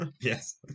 Yes